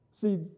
See